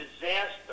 disaster